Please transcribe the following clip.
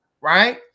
right